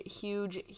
huge